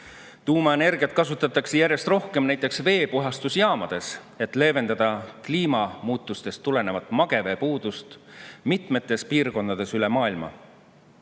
Tuumaenergiat kasutatakse järjest rohkem näiteks veepuhastusjaamades, et leevendada kliimamuutustest tulenevat mageveepuudust mitmetes piirkondades üle maailma.